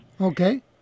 Okay